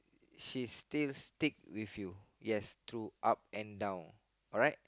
she's still stick with you yes through up and down